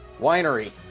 winery